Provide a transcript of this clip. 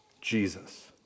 Jesus